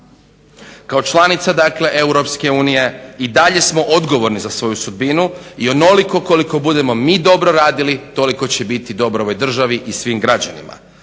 Kao članica dakle EU i dalje smo odgovorni za svoju sudbinu i onoliko koliko budemo mi dobro radili toliko će biti dobro ovoj državi i svim građanima.